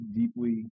deeply